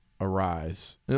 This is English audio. arise